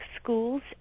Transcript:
schools